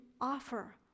offer